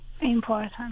important